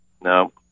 No